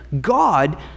God